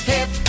Hip